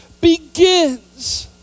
begins